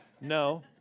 No